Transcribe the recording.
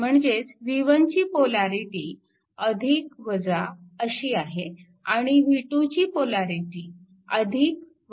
म्हणजे v1ची पोलॅरिटी अशी आहे आणि v2 ची पोलॅरिटी अशी आहे